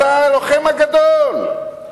אתה הלוחם הגדול.